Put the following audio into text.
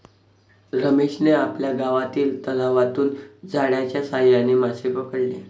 रमेशने आपल्या गावातील तलावातून जाळ्याच्या साहाय्याने मासे पकडले